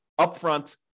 upfront